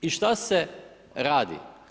I šta se radi?